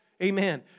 Amen